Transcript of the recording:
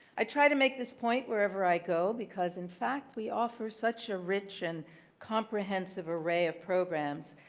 i try to make this point wherever i go, because in fact we offer such a rich and comprehensive array of programs.